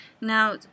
Now